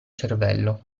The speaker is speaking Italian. cervello